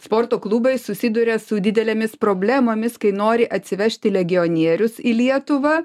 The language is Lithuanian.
sporto klubai susiduria su didelėmis problemomis kai nori atsivežti legionierius į lietuvą